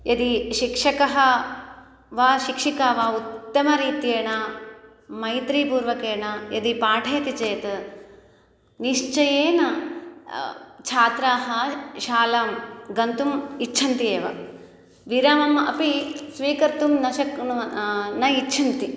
यदि शिक्षकः वा शिक्षिका वा उत्तमरीत्या मैत्रीपूर्वकेण यदि पाठयति चेत् निश्चयेन छात्राः शालां गन्तुम् इच्छन्ति एव विरामम् अपि स्वीकर्तुं न शक्नुमः न इच्छन्ति